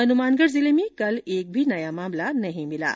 हनुमानगढ़ जिले में कल एक भी नया मामला नहीं मिला है